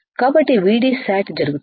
కాబట్టి VDsat జరుగుతుంది